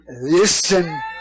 listen